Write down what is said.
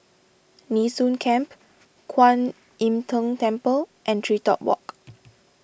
Nee Soon Camp Kwan Im Tng Temple and TreeTop Walk